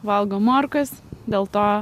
valgo morkas dėl to